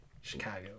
Chicago